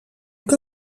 que